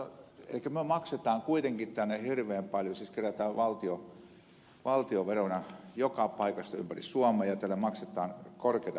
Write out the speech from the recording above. elikkä me maksamme kuitenkin tänne hirveän paljon siis kerätään valtionveroa joka paikasta ympäri suomea ja täällä maksetaan korkeata palkkaa